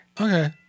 Okay